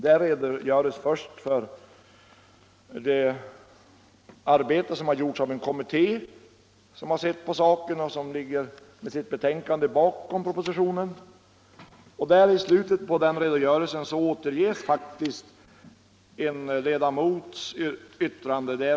Där redogörs för det arbete som gjorts av en kommitté, vars betänkande ligger bakom propositionen. I slutet på den redogörelsen återges faktiskt en ledamots yttrande.